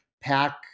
pack